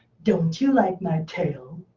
don't you like my tail?